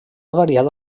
variat